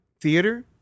theater